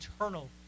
eternal